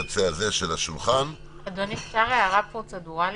אדוני, אפשר הערה פרוצדורלית?